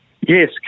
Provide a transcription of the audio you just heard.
Yes